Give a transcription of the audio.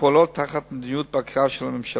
פועלות תחת מדיניות בקרה של הממשלה,